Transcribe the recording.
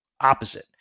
opposite